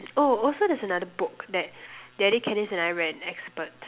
oh also there's also another book that Denny Candice and I we're an expert